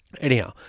Anyhow